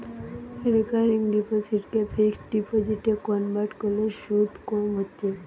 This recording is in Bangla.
রেকারিং ডিপোসিটকে ফিক্সড ডিপোজিটে কনভার্ট কোরলে শুধ কম হচ্ছে